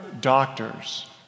doctors